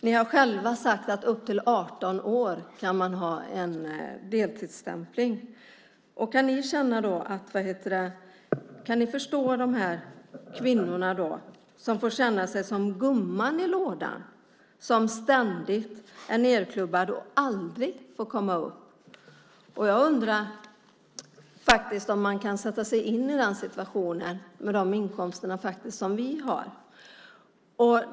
Ni har själva sagt att man kan deltidsstämpla upp till 18 år. Kan ni förstå de här kvinnorna som får känna sig som gumman i lådan, som ständigt är nedklubbad och aldrig får komma upp? Jag undrar faktiskt om man kan sätta sig in i den situationen med de inkomster som vi har.